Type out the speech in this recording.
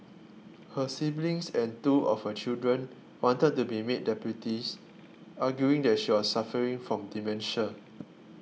her siblings and two of her children wanted to be made deputies arguing that she was suffering from dementia